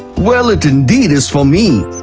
well, it indeed is for me.